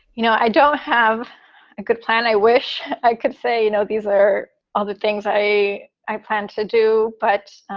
you know, i don't have a good plan. i wish i could say, you know, these are all the things i i plan to do, but